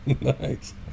Nice